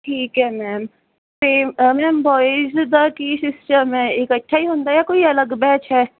ਠੀਕ ਹੈ ਮੈਮ ਅਤੇ ਮੈਮ ਬੋਇਜ ਦਾ ਕੀ ਸਿਸਟਮ ਹੈ ਇਕੱਠਾ ਹੀ ਹੁੰਦਾ ਜਾਂ ਕੋਈ ਅਲੱਗ ਬੈਚ ਹੈ